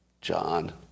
John